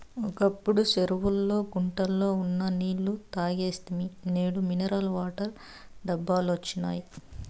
ఒకప్పుడు చెరువుల్లో గుంటల్లో ఉన్న నీళ్ళు తాగేస్తిమి నేడు మినరల్ వాటర్ డబ్బాలొచ్చినియ్